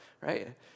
right